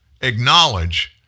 acknowledge